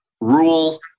rule